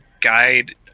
guide